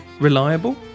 Reliable